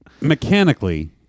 mechanically